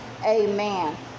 Amen